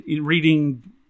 reading